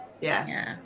Yes